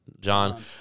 John